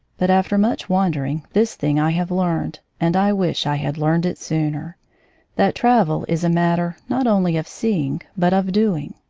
but after much wandering, this thing i have learned, and i wish i had learned it sooner that travel is a matter, not only of seeing, but of doing.